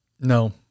No